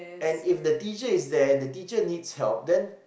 and if the teacher is there the teacher needs help then